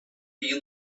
been